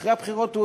אחרי הבחירות,